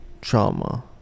trauma